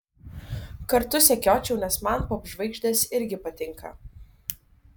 kartu sekiočiau nes man popžvaigždės irgi patinka